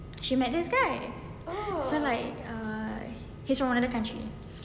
she met this guy so like err he is from another country